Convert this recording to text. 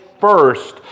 first